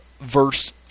verse